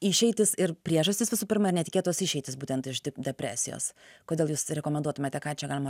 išeitys ir priežastys visų pirma ir netikėtos išeitis būtent iš depresijos kodėl jūs rekomenduotumėte ką čia galima